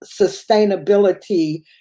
sustainability